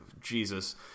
Jesus